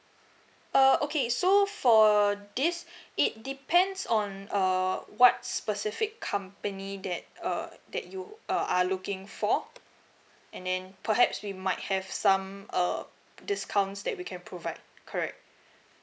uh okay so for this it depends on uh what specific company that err that you uh are looking for and then perhaps we might have some err discounts that we can provide correct